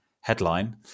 headline